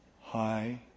Hi